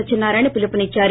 సత్యనారాయణ పిలుపునిచ్చారు